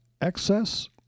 excess